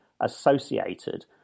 associated